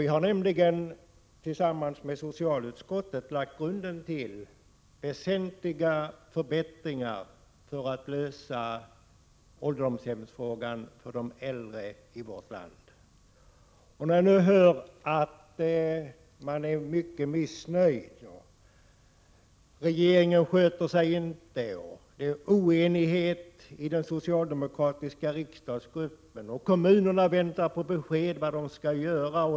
Vi har nämligen tillsammans med socialutskottet lagt grunden till väsentliga förbättringar för att lösa ålderdomshemsfrågan för de äldre i vårt land. Jag hör nu att man är mycket missnöjd: Regeringen sköter sig inte. Det råder oenighet i den socialdemokratiska riksdagsgruppen. Kommunerna väntar på besked om vad de skall göra.